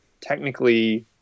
technically